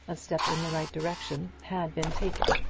a step in the right direction had been taken.